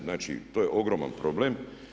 Znači, to je ogroman problem.